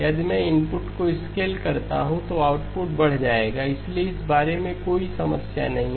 यदि मैं इनपुट को स्केलकरता हूं तो आउटपुट बढ़ जाएगा इसलिए इस बारे में कोई समस्या नहीं है